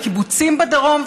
וקיבוצים בדרום,